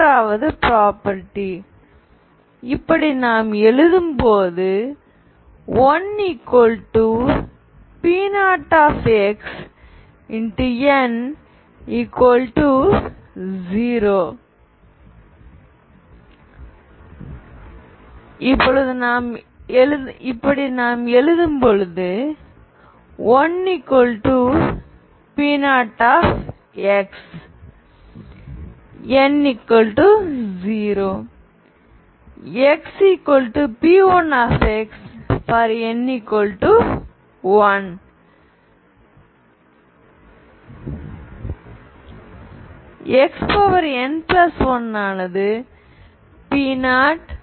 மூன்றாவது ப்ரொபேர்ட்டி இப்படி நாம் எழுதும் போது 1P0xn0 xP1xn1 கருதுங்கள் xn1 ஆனது P0P1